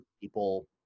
people